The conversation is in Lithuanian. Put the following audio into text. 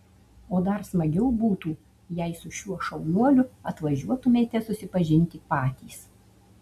o dar smagiau būtų jei su šiuo šaunuoliu atvažiuotumėte susipažinti patys